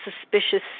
suspicious